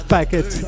Packet